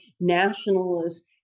nationalist